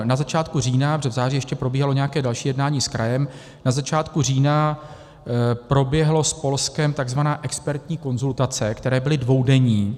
Na začátku října, protože v září ještě probíhalo nějaké další jednání s krajem, na začátku října proběhly s Polskem takzvané expertní konzultace, které byly dvoudenní.